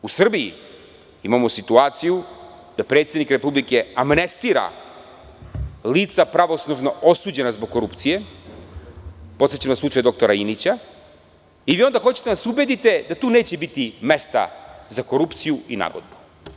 U Srbiji imamo situaciju da predsednik republike amnestira lica pravosnažno osuđena zbog korupcije, podsećam na slučaj dr Inića i vi onda hoćete da nas ubedite da tu neće biti mesta za korupciju i nagodbu.